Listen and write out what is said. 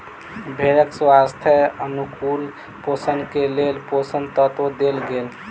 भेड़क स्वास्थ्यक अनुकूल पोषण के लेल पोषक तत्व देल गेल